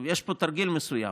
יש פה תרגיל מסוים,